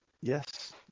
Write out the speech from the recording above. Yes